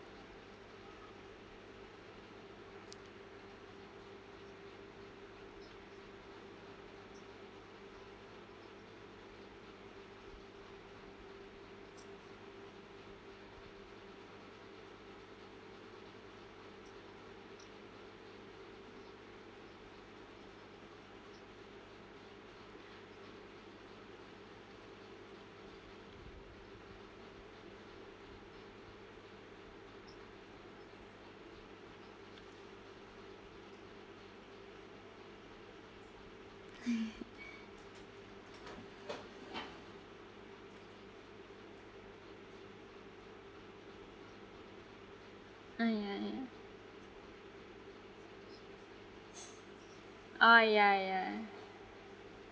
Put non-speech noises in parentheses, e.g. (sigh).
(laughs) ah ya ya oh ya ya